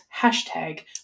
hashtag